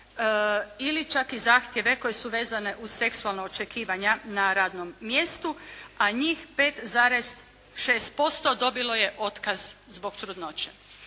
ili čak i zahtjeve koji su vezana uz seksualna očekivanja na radnom mjestu, a njih 5,6% dobilo je otkaz zbog trudnoće.